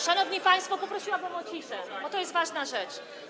Szanowni państwo, poprosiłabym o ciszę, bo to jest ważna rzecz.